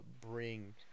bring